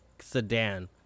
sedan